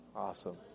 Awesome